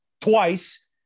twice